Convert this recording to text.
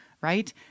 right